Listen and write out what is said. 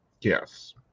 Yes